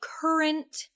current